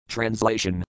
Translation